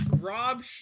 Rob